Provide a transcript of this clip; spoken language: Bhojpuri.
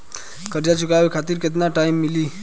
कर्जा चुकावे खातिर केतना टाइम मिली?